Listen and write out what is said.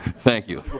thank you.